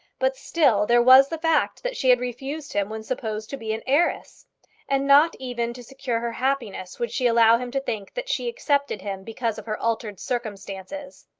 but still there was the fact that she had refused him when supposed to be an heiress and not even to secure her happiness would she allow him to think that she accepted him because of her altered circumstances.